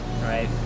Right